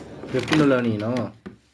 எத்தனி:etthani lah வேணூம்:venum